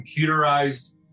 computerized